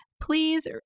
please